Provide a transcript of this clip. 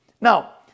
Now